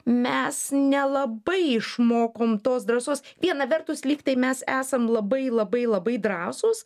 mes nelabai išmokom tos drąsos viena vertus lyg tai mes esam labai labai labai drąsūs